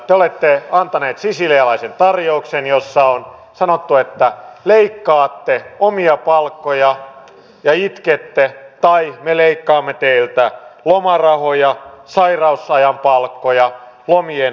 te olette antanut sisilialaisen tarjouksen jossa on sanottu että leikkaatte omia palkkoja ja itkette tai me leikkaamme teiltä lomarahoja sairausajan palkkoja lomien kestoa